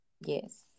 Yes